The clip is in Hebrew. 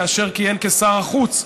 כאשר כיהן כשר החוץ,